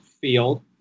field